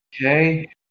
Okay